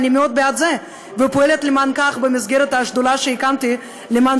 ואני מאוד בעד זה ופועלת למען זה במסגרת השדולה שהקמתי למען